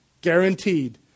Guaranteed